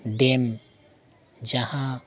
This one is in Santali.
ᱰᱮᱢ ᱡᱟᱦᱟᱸ